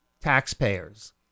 taxpayers